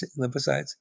lymphocytes